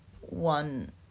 one